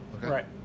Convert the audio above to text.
Right